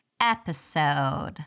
episode